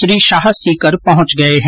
श्री शाह सीकर पहुंच गये है